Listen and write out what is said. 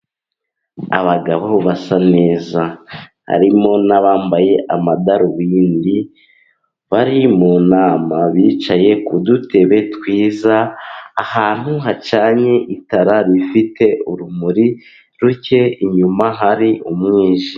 Abagabo basa neza. Harimo n'abambaye amadarubindi. Bari mu nama. Bicaye ku dutebe twiza. Ahantu hacanye itara rifite urumuri ruke, inyuma hari umwijima.